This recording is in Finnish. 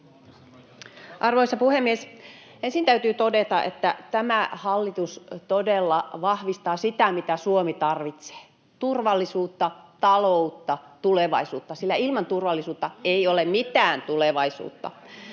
Arvoisa puhemies! Ensin täytyy todeta, että tämä hallitus todella vahvistaa sitä, mitä Suomi tarvitsee: turvallisuutta, taloutta, tulevaisuutta. Ilman turvallisuutta ei ole mitään tulevaisuutta.